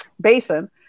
basin